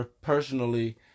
personally